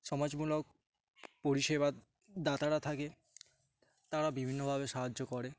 সমাজমূলক পরিষেবা দাতারা থাকে তারা বিভিন্নভাবে সাহায্য করে